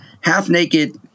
half-naked